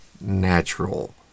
natural